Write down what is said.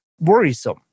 worrisome